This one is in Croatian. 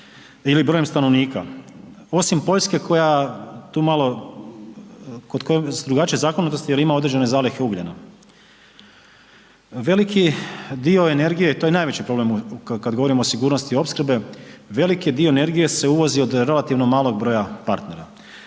ili brojem stanovnika, osim Poljske koja tu malo, kod koje su drugačije zakonitosti jer ima određene zalihe ugljena. Veliki dio energije i to je najveći problem kad govorimo o sigurnosti opskrbe, veliki dio energije se uvozi od relativno malog broja partnera.